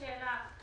שאלה,